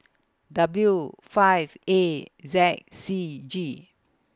W five A Z C G